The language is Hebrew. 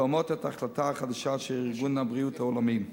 תואמות את ההחלטה החדשה של ארגון הבריאות העולמי.